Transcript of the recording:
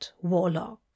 Warlock